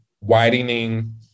widening